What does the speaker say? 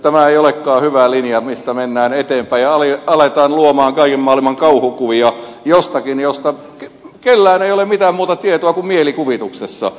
tämä ei olekaan hyvä linja mistä mennään eteenpäin ja aletaan luoda kaiken maailman kauhukuvia jostakin mistä kenelläkään ei ole mitään muuta tietoa kuin mielikuvituksessa